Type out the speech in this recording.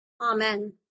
Amen